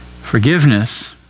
Forgiveness